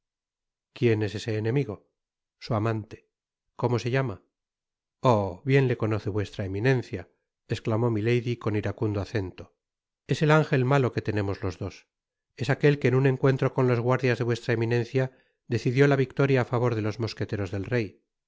quién es ese enemigo su amante cómo se llama oh bien le conoce vuestra eminencia esclamó milady con iracundo acento es el ángel malo que tenemos los dos es aquel que en un encuentro con los guardias de vuestra eminencia decidió la victoria á favor de los mos queteros del rey es